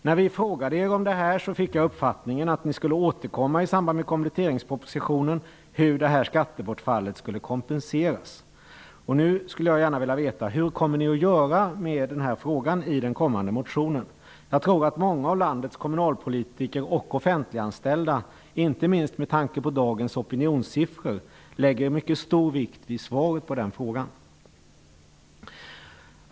När vi frågade er om det här fick jag uppfattningen att ni i samband med kompletteringspropositionen skulle återkomma med besked om hur det här skattebortfallet skulle kompenseras. Nu skulle jag gärna vilja veta: Hur kommer ni att göra med denna fråga i den kommande motionen? Jag har frågat många av landets kommunalpolitiker och offentligtanställda, och inte minst med tanke på dagens opinionsiffror fäster de mycket stor vikt vid svaret på den frågan.